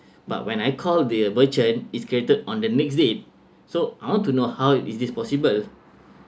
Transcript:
but when I called the merchant is created on the next date so I want to know how is this possible